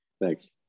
Thanks